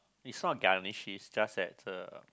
it's not garnish it's just that uh